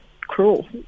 cruel